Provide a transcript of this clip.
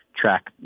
track